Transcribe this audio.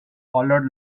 hollered